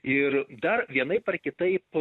ir dar vienaip ar kitaip